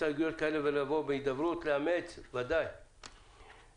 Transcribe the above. הסתייגויות כאלה ואחרות לבוא בהידברות לקידום ויישום חלקיה